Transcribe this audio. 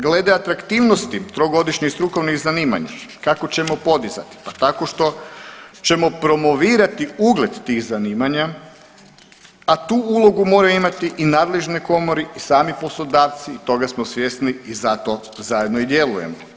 Glede atraktivnosti 3-godišnjih i strukovnih zanimanja kako ćemo podizati, pa tako što ćemo promovirati ugled tih zanimanja, a tu ulogu moraju imati i u nadležnoj komori i sami poslodavci i toga smo svjesni i zato zajedno i djelujemo.